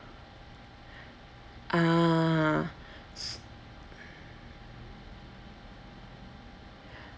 ah